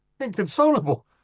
Inconsolable